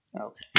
Okay